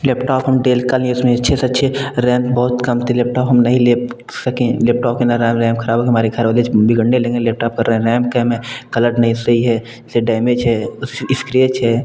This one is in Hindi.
लेपटॉप हम डेल का लिए उसमें अच्छे से अच्छे रैम बहुत कम थी लेपटॉप हम नहीं ले सकें लेपटॉप के खराब हो गया हमारे बिगड़ने लगें लेपटॉप का रैम कलर नहीं सही है से डैमेज है उस इस्क्रेच है